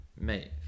Mate